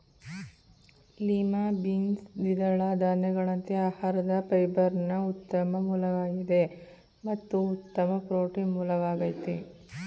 lima beans ದ್ವಿದಳ ಧಾನ್ಯಗಳಂತೆ ಆಹಾರದ ಫೈಬರ್ನ ಉತ್ತಮ ಮೂಲವಾಗಿದೆ ಮತ್ತು ಉತ್ತಮ ಪ್ರೋಟೀನ್ ಮೂಲವಾಗಯ್ತೆ